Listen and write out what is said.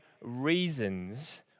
reasons